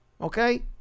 Okay